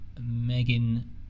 Megan